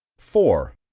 four.